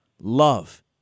love